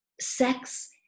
sex